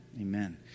Amen